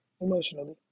emotionally